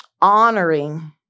honoring